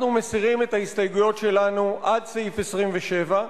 אנחנו מסירים את ההסתייגויות שלנו עד סעיף 27,